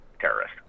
terrorist